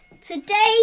Today